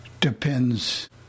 depends